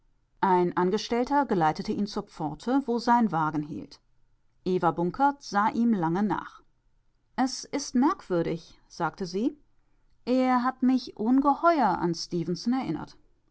ein angestellter geleitete ihn zur pforte wo sein wagen hielt eva bunkert sah ihm lange nach es ist merkwürdig sagte sie er hat mich ungeheuer an stefenson erinnert